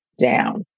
down